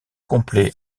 complet